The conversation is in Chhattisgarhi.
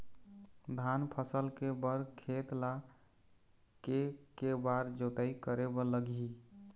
धान फसल के बर खेत ला के के बार जोताई करे बर लगही?